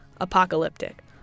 apocalyptic